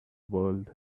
world